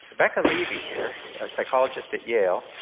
so becca livy here, a psychologist at yale,